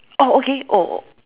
oh okay oh